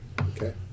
Okay